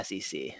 SEC